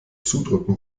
zudrücken